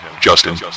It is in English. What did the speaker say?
Justin